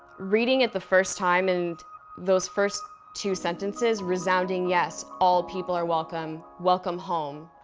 reading it the first time and those first two sentences resounding yes. all people are welcome. welcome home.